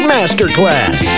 Masterclass